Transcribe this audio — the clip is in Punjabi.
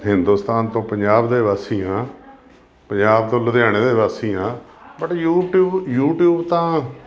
ਹਿੰਦੁਸਤਾਨ ਤੋਂ ਪੰਜਾਬ ਦੇ ਵਾਸੀ ਹਾਂ ਪੰਜਾਬ ਤੋਂ ਲੁਧਿਆਣੇ ਦੇ ਵਾਸੀ ਹਾਂ ਬਟ ਯੂਟੀਊਬ ਯੂਟੀਊਬ ਤਾਂ